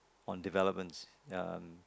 on developments um